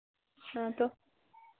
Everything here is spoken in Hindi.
हाँ तो